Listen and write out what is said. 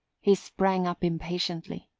he sprang up impatiently.